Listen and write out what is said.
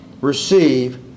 receive